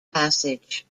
passage